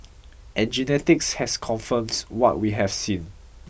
and genetics has confirmed what we have seen